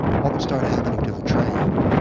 what would start happening to the trade?